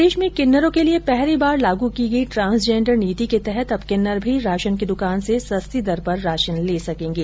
प्रदेश में किन्नरों के लिये पहली बार लागू की गयी ट्रांसजेंडर नीति के तहत अब किन्नर भी राशन की दुकान से सस्ती दर पर राशन ले सकेंगे